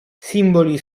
simboli